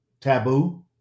taboo